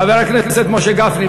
חבר הכנסת משה גפני,